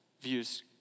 views